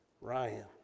Ryan